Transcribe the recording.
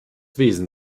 wesen